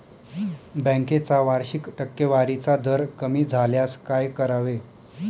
बँकेचा वार्षिक टक्केवारीचा दर कमी झाल्यास काय करावे?